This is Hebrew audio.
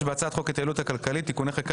בהצעת חוק ההתייעלות הכלכלית (תיקוני חקיקה